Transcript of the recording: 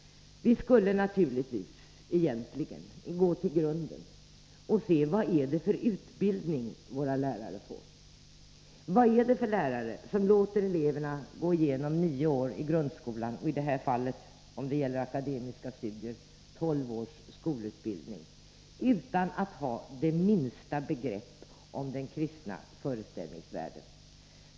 Vi skulle naturligtvis egentligen gå till grunden och se vad det är för utbildning våra lärare får. Vad är det för lärare som låter eleverna gå igenom nio år i grundskolan — eller, när det gäller akademiska studier, tolv års skolutbildning —-utan att ha det minsta begrepp om den kristna föreställningsvärlden?